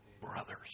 brothers